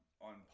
on